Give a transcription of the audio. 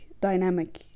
dynamic